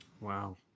Wow